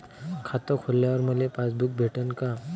खातं खोलल्यावर मले पासबुक भेटन का?